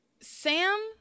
Sam